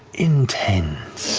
intense